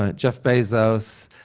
ah jeff bezos,